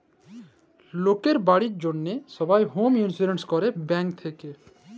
লকের বাড়ির জ্যনহে সবাই হম ইলসুরেলস ক্যরে ব্যাংক থ্যাকে